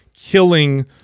killing